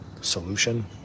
solution